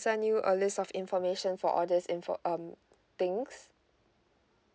send you a list of information for all these info um things